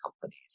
companies